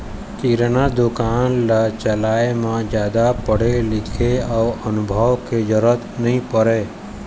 किराना दुकान ल चलाए म जादा पढ़े लिखे अउ अनुभव के जरूरत नइ परय